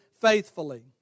faithfully